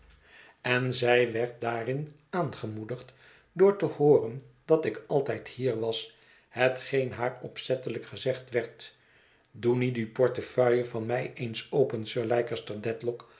en zij werd daarin aangemoedigd door te hooren dat ik altijd hier was hetgeen haar opzettelijk gezegd werd doe nu die portefeuille van mij eens open sir